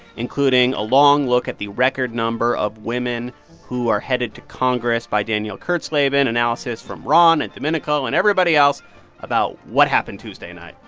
including a long look at the record number of women who are headed to congress by danielle kurtzleben, analysis from ron and domenico and everybody else about what happened tuesday night.